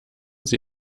sie